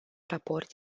raport